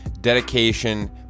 dedication